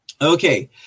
Okay